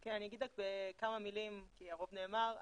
אני אגיד רק בכמה מילים, כי הרוב נאמר.